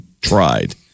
tried